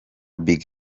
big